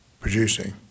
producing